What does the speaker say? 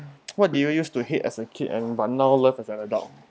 what did you used to hate as kid and but now love an an adult